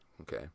Okay